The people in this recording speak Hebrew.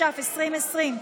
התש"ף 2020,